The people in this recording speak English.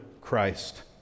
Christ